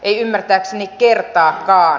ei ymmärtääkseni kertaakaan